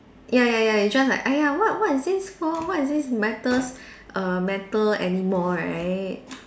ya ya ya you just like !aiya! what what is this for what is this matters err matter anymore right